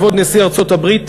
כבוד נשיא ארצות-הברית,